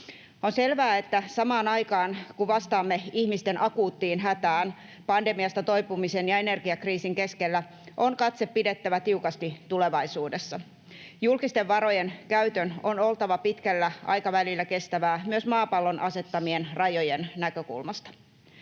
On selvää, että samaan aikaan, kun vastaamme ihmisten akuuttiin hätään pandemiasta toipumisen ja energiakriisin keskellä, on katse pidettävä tiukasti tulevaisuudessa. Julkisten varojen käytön on oltava pitkällä aikavälillä kestävää myös maapallon asettamien rajojen näkökulmasta.